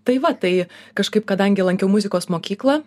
tai va tai kažkaip kadangi lankiau muzikos mokyklą